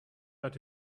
but